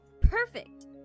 Perfect